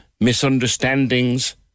misunderstandings